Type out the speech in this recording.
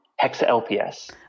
hexa-LPS